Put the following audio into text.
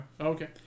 okay